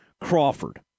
crawford